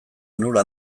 onura